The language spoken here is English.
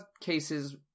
cases